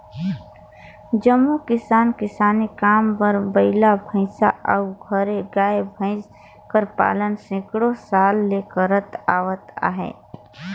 जम्मो किसान किसानी काम बर बइला, भंइसा अउ घरे गाय, भंइस कर पालन सैकड़ों साल ले करत आवत अहें